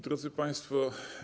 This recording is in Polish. Drodzy Państwo!